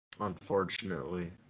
Unfortunately